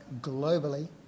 globally